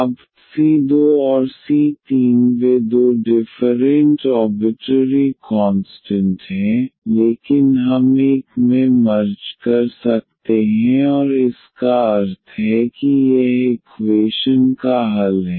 अब c2 और c3 वे दो डिफरेंट ऑर्बिटरी कॉन्स्टन्ट हैं लेकिन हम एक में मर्ज कर सकते हैं और इसका अर्थ है कि यह इक्वेशन का हल है